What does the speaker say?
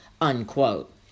unquote